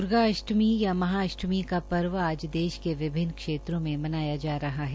दूर्गा अष्टमी या महा अष्टमी का पर्व आज देश के विभिन्न क्षेत्रों में मनाया जा रहा है